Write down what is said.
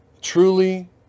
truly